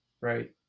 right